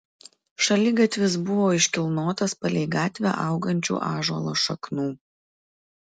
šaligatvis buvo iškilnotas palei gatvę augančių ąžuolo šaknų